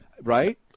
right